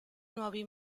nuovi